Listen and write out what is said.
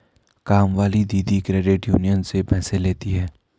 कामवाली दीदी credit union से पैसे लेती हैं